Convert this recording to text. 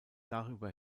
darüber